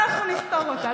אנחנו נפתור אותה.